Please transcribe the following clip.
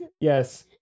yes